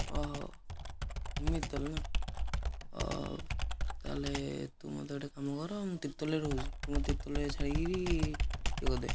ଅ ହଉ ଏମିତି ତା'ହେଲେ ନା ତା'ହେଲେ ତୁ ମୋତେ ଗୋଟେ କାମ କର ମୁଁ ତିର୍ତ୍ତୋଲରେ ରହୁଛି ତୁ ମଁ ତିର୍ତ୍ତୋଲରେ ଛାଡ଼ିକରି ଇଏ କରିଦେ